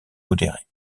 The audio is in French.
modérés